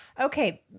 Okay